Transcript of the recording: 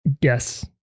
Yes